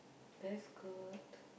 that's good